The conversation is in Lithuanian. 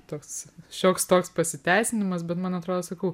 toks šioks toks pasiteisinimas bet man atrodo sakau